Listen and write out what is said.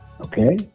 Okay